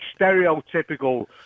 stereotypical